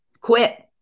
quit